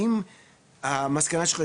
אם המסקנה שלך,